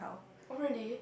oh really